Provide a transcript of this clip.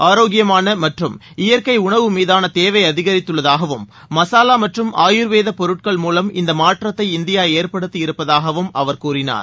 ஆரோக்கியமான மற்றும் இயற்கை உணவு மீதான தேவை அதிகரித்துள்ளதாகவும் மசாலா மற்றும் ஆயுர்வேத பொருட்கள் மூலம் இந்த மாற்றத்தை இந்தியா ஏற்படுத்தியிருப்பதாகவும் அவர் கூறினார்